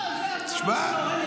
לא --- תשמע,